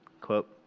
Quote